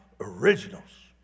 originals